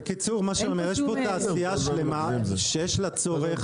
בקיצור יש פה תעשייה שלמה שיש לה צורך,